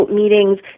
meetings